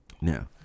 now